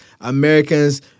Americans